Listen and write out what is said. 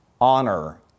honor